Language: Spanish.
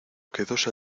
quedóse